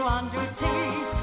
undertake